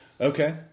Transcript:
Okay